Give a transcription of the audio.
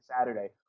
Saturday